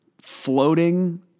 floating